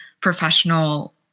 professional